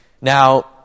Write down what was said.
Now